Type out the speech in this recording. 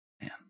Man